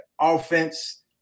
offense